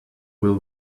will